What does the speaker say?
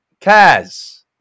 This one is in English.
Kaz